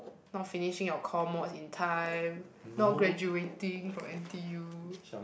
not finishing our core mod in time not graduating for N_T_U